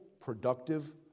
productive